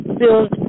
build